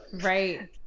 Right